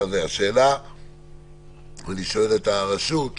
אני שואל את הרשות,